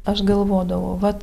aš galvodavau vat